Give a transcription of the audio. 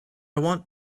want